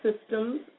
systems